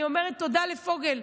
אני אומרת תודה לפוגל.